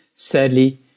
Sadly